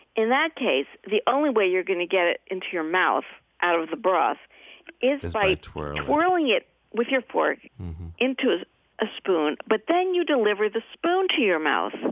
in that case, the only way you're going to get it into your mouth out of the broth is by twirling twirling it with your fork into a ah spoon. but then you deliver the spoon to your mouth,